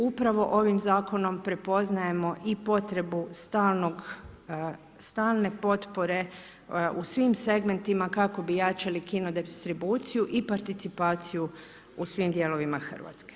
Upravo ovim zakonom prepoznajemo i potrebu stalne potpore u svim segmentima kako bi jačali kino distribuciju i participaciju u svim dijelovima Hrvatske.